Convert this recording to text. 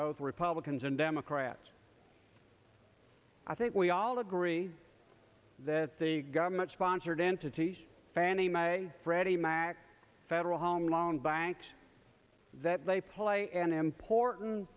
both republicans and democrats i think we all agree that the government sponsored entities fannie my freddie mac federal home loan banks that they play an important